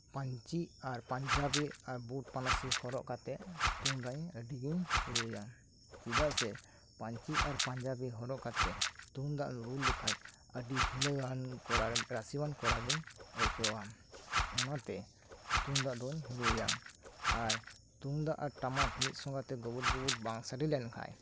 ᱯᱟᱧᱪᱤ ᱟᱨ ᱯᱟᱧᱡᱟᱵᱤ ᱟᱨ ᱵᱩᱴ ᱯᱟᱱᱟᱦᱤ ᱦᱚᱨᱚᱜ ᱠᱟᱛᱮᱫ ᱛᱩᱢᱫᱟᱜ ᱟᱹᱰᱤ ᱜᱤᱧ ᱨᱩᱭᱟ ᱪᱮᱫᱟᱜ ᱥᱮ ᱯᱟᱧᱪᱤ ᱟᱨ ᱯᱟᱧᱡᱟᱵᱤ ᱦᱚᱨᱚᱜ ᱠᱟᱛᱮᱫ ᱛᱩᱢᱫᱟᱜ ᱨᱩ ᱞᱮᱠᱷᱟᱱ ᱟᱹᱰᱤ ᱦᱤᱞᱟᱹᱣᱟᱱ ᱨᱟᱹᱥᱤᱭᱟᱱ ᱠᱚᱲᱟ ᱞᱮᱠᱟᱧ ᱟᱹᱭᱠᱟᱹᱣᱟ ᱚᱱᱟᱛᱮ ᱛᱩᱢᱫᱟᱜ ᱫᱚᱧ ᱨᱩᱭᱟ ᱟᱨ ᱛᱩᱢᱫᱟᱜ ᱟᱨ ᱴᱟᱢᱟᱠ ᱜᱩᱵᱩᱰ ᱜᱩᱵᱩᱰ ᱵᱟᱝ ᱥᱟᱰᱮ ᱞᱮᱱᱠᱷᱟᱱ